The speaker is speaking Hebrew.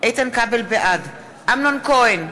בעד אמנון כהן,